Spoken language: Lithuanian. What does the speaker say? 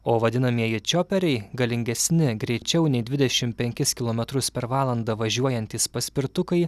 o vadinamieji čioperiai galingesni greičiau nei dvidešim penkis kilometrus per valandą važiuojantys paspirtukai